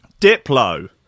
Diplo